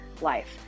life